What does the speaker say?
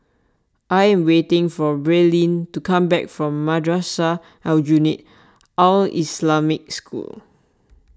I am waiting for Braelyn to come back from Madrasah Aljunied Al Islamic School